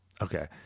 Okay